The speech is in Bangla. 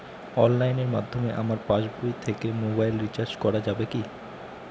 অনলাইনের মাধ্যমে আমার পাসবই থেকে মোবাইল রিচার্জ করা যাবে কি?